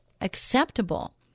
acceptable